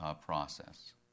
process